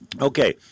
Okay